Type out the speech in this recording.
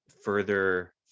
further